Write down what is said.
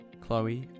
Chloe